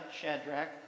Shadrach